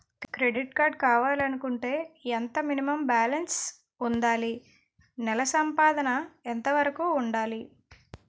Credit card కావాలి అనుకుంటే ఎంత మినిమం బాలన్స్ వుందాలి? నెల సంపాదన ఎంతవరకు వుండాలి?